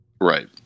right